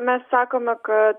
mes sakome kad